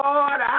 Lord